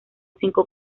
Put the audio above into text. cinco